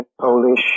Polish